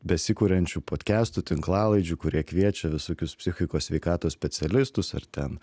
besikuriančių podkestų tinklalaidžių kurie kviečia visokius psichikos sveikatos specialistus ir ten